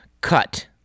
cut